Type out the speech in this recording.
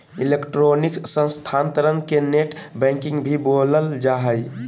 electronic स्थानान्तरण के net banking भी बोलल जा हइ